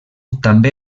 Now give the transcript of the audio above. també